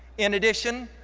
in addition,